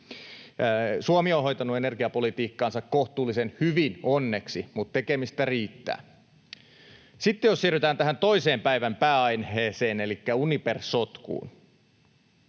Suomi on hoitanut energiapolitiikkaansa kohtuullisen hyvin, onneksi, mutta tekemistä riittää. Sitten jos siirrytään tähän toiseen päivän pääaiheeseen elikkä Uniper-sotkuun,